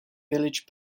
village